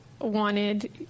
wanted